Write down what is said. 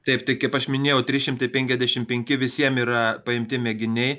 taip tai kaip aš minėjau trys šimtai penkiasdešimt penki visiem yra paimti mėginiai